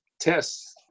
tests